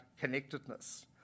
connectedness